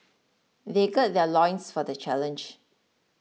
they gird their loins for the challenge